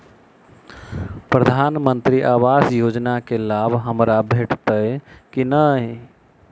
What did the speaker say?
प्रधानमंत्री आवास योजना केँ लाभ हमरा भेटतय की नहि?